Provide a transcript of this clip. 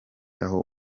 aho